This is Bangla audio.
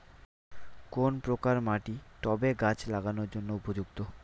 কোন প্রকার মাটি টবে গাছ লাগানোর জন্য উপযুক্ত?